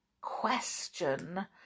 question